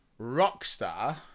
Rockstar